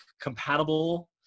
compatible